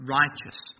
righteous